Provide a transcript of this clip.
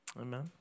Amen